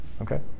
okay